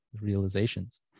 realizations